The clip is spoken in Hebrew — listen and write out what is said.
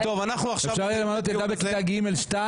אפשר למנות ילדה בכיתה ג/2?